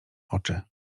oczy